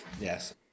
yes